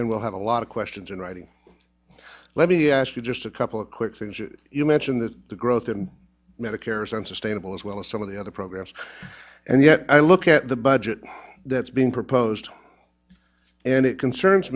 then we'll have a lot of questions in writing let me ask you just a couple of quick things you mention that the growth in medicare is unsustainable as well as some of the other programs and yet i look at the budget that's being proposed and it concerns